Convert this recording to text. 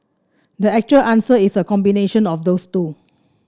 the actual answer is a combination of those two